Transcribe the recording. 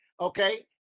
okay